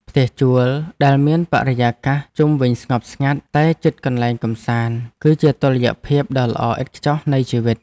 ផ្ទះជួលដែលមានបរិយាកាសជុំវិញស្ងប់ស្ងាត់តែជិតកន្លែងកម្សាន្តគឺជាតុល្យភាពដ៏ល្អឥតខ្ចោះនៃជីវិត។